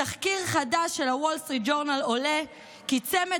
מתחקיר חדש של וול סטריט ג'ורנל עולה כי צמד